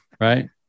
right